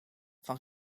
van